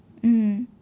mm